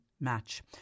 Match